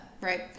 right